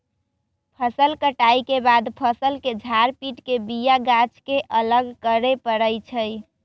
फसल कटाइ के बाद फ़सल के झार पिट के बिया गाछ के अलग करे परै छइ